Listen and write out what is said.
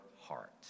heart